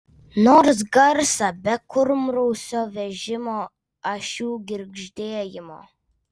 nors garsą be kurmrausio vežimo ašių girgždėjimo